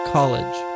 College